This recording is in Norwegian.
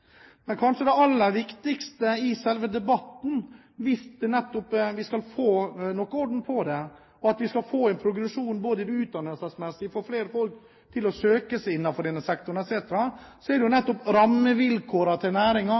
Kanskje det aller viktigste i selve debatten, hvis vi skal få noen orden på det, at vi skal få en progresjon utdannelsesmessig og få flere folk til å søke seg til denne sektoren osv., er rammevilkårene til næringen, sikkerheten til